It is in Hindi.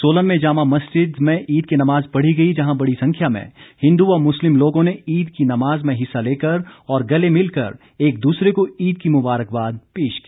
सोलन में जामा मस्जिद में ईद की नमाज पढ़ी गई जहां बड़ी संख्या में हिन्दु व मुस्लिम लोगों ने ईद की नमाज में हिस्सा लेकर और गले मिलकर एक दूसरे को ईद की मुबारिकवाद पेश की